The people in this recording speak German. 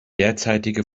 derzeitige